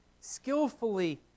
Skillfully